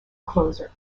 closer